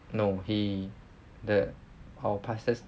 no he the our pastor's